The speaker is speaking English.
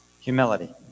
humility